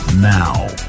Now